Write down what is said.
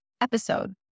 episode